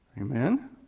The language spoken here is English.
Amen